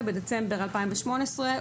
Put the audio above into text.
בדצמבר 2018,